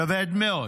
כבד מאוד.